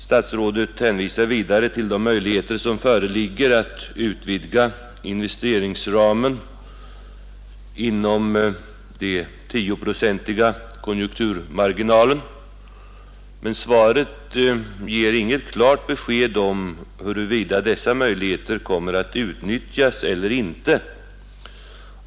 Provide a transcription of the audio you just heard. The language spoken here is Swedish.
Statsrådet hänvisar vidare till de möjligheter som föreligger att utvidga investeringsramen inom den 10-procentiga konjunkturmarginalen, men svaret ger inget klart besked om huruvida dessa möjligheter kommer att utnyttjas eller inte.